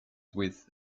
with